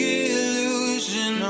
illusion